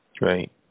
Right